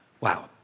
wow